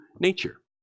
nature